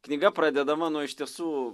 knyga pradedama nuo iš tiesų